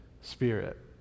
Spirit